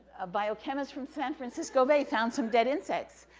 a biochemist from san francisco bay found some dead insects,